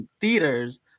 theaters